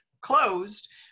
closed